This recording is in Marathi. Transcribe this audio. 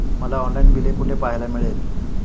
मला ऑनलाइन बिल कुठे पाहायला मिळेल?